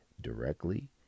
directly